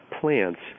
plants